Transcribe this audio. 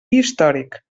històric